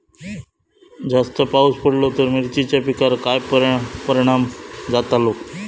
जास्त पाऊस पडलो तर मिरचीच्या पिकार काय परणाम जतालो?